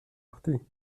sortis